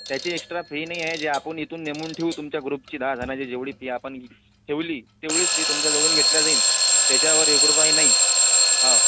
त्याची extra fee नाही आहे जे आपण इथून नेमून ठेवू तुमच्या ग्रुपची दहाजणाची जेवढी फी आपण ठेवली तेवढीच फी तुमच्याजवळून घेतला जाईन त्याच्यावर एक रुपयाही नाही हा